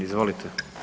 Izvolite.